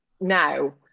now